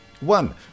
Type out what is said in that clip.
One